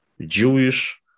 Jewish